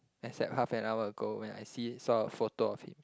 except half an hour ago when I see it saw a photo of it